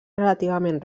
relativament